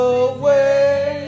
away